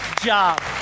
job